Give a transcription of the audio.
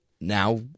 now